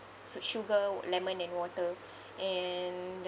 su~ sugar lemon and water and